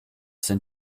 sind